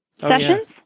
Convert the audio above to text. sessions